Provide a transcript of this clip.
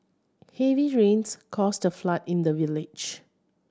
heavy rains caused the flood in the village